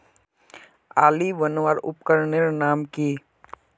आली बनवार उपकरनेर नाम की?